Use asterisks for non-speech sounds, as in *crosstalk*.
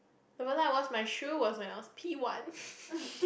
the first time i wash my shoe was when I was P one *laughs*